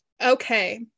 okay